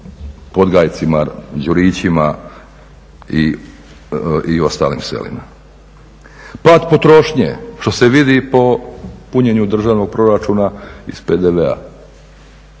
Podgajcima, Đurićima i ostalim selima. Pad potrošnje, što se vidi po punjenju državnog proračuna iz PDV-a.